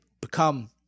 become